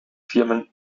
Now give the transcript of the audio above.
firmen